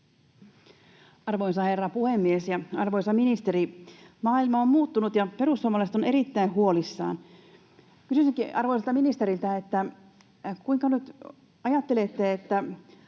Arvoisa herra puhemies ja arvoisa ministeri! Maailma on muuttunut, ja perussuomalaiset ovat erittäin huolissaan. Kysyisinkin arvoisalta ministeriltä: Kuinka nyt ajattelette siitä,